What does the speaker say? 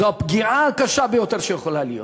זו הפגיעה הקשה ביותר שיכולה להיות.